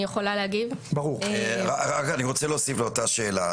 אני רוצה להוסיף לאותה שאלה.